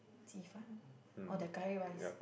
ji-fan or the curry rice